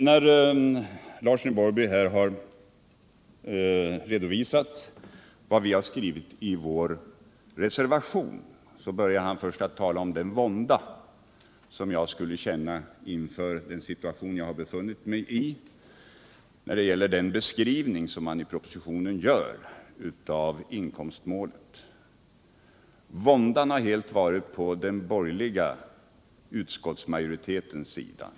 När herr Larsson i Borrby här redovisade vår reservation, började han med att tala om den vånda som jag skulle känna inför den situation jag har befunnit mig i när det gäller propositionens beskrivning av inkomstmålet. Men våndan var helt på den borgerliga utskottsmajoritetens sida.